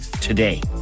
today